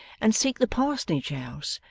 and seek the parsonage-house.